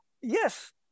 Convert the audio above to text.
yes